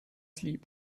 lieb